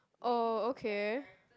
oh okay